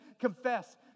confess